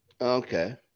Okay